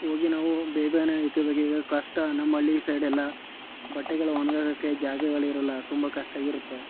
ಹೋಗಿ ನಾವು ಬೇಗ ಬೇಗನೇ ಎತ್ಕೋಬೇಕು ಈಗ ಕಷ್ಟ ನಮ್ಮ ಹಳ್ಳಿ ಸೈಡೆಲ್ಲ ಬಟ್ಟೆಗಳು ಒಣ್ಗಾಕೋಕ್ಕೆ ಜಾಗಗಳಿರಲ್ಲ ತುಂಬ ಕಷ್ಟ ಆಗಿರುತ್ತೆ